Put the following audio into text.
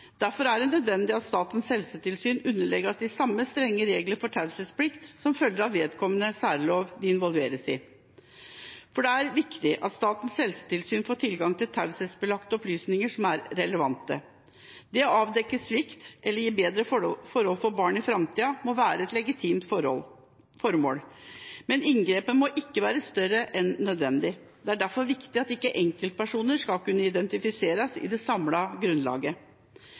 Derfor er det nødvendig at Statens helsetilsyn underlegges de samme strenge reglene for taushetsplikt som følger av vedkommende særlov de involveres i. For det er viktig at Statens helsetilsyn får tilgang til taushetsbelagte opplysninger som er relevante. Det å avdekke svikt eller gi bedre forhold for barn i framtida må være et legitimt formål. Men inngrepet må ikke være større enn nødvendig, og det er derfor viktig at enkeltpersoner ikke skal kunne identifiseres i det samlede grunnlaget.